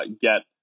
get